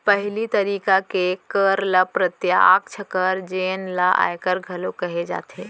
पहिली तरिका के कर ल प्रत्यक्छ कर जेन ल आयकर घलोक कहे जाथे